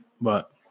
But-